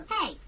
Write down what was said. Hey